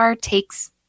takes